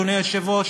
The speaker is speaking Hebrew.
אדוני היושב-ראש,